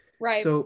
Right